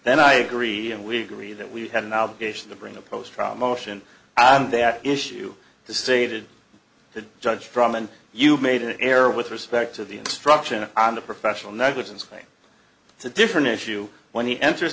then i agree and we agree that we had an obligation to bring a post from a motion on that issue to stated the judge from and you made an error with respect to the instruction on the professional negligence thing it's a different issue when he enters